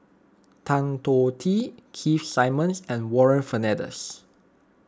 Tan Choh Tee Keith Simmons and Warren Fernandez